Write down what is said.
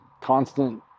constant